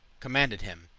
commanded him,